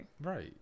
Right